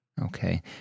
Okay